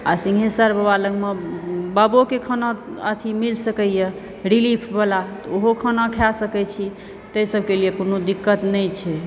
आ सिंघेश्वर बाबा लग मे बाबोके खाना अथी मिल सकैया रिलीफ वाला तऽ ओहो खाना खाए सकै छी ताहि सबके लिए कोनो दिक्कत नहि छै